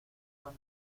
buen